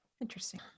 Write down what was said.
Interesting